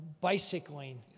bicycling